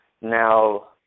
Now